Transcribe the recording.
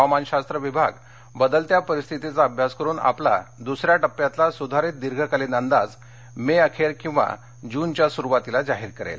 हवामानशास्त्र विभाग बदलत्या परिस्थितीचा अभ्यास करून ा पला दुसऱ्या टप्प्यातला सुधारित दीर्घकालीन अंदाज मे अखेर किंवा जूनच्या सुरूवातीला जाहीर करेल